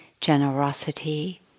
generosity